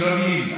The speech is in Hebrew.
קרמים.